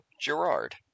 Gerard